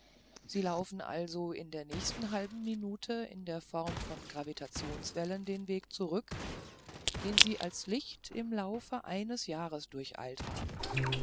sie laufen also in der nächsten halben minute in der form von gravitationswellen den weg zurück den sie als licht im laufe eines jahres durcheilt haben